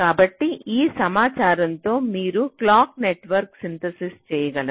కాబట్టి ఆ సమాచారంతో మీరు క్లాక్ నెట్వర్క్ను సింథసిస్ చేయగలరు